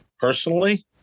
personally